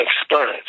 experience